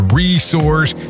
resource